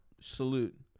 Salute